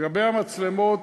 לגבי המצלמות,